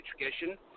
education